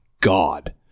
God